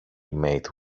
mate